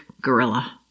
gorilla